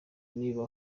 niba